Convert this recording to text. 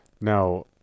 Now